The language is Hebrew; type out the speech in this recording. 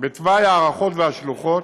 בתוואי ההארכות והשלוחות,